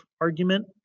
argument